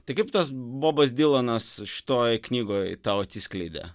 tai kaip tas bobas dylanas šitoj knygoj tau atsiskleidė